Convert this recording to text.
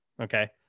Okay